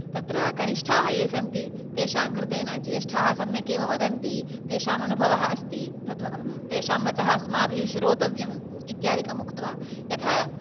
तत्र कनिष्ठाः ये सन्ति तेषां कृते न जेष्ठाः सम्यक् एव वदन्ति तेषाम् अनुभवः अस्ति तद्व तेषां वचः अस्माभिः श्रोतव्यम् इत्यादिकम् उक्त्वा यथा